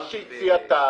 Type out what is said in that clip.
מה שהציעה טל,